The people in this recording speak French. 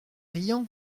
riant